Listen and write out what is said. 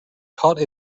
caught